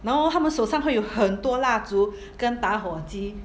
然后他们手上会有很多蜡烛跟打火机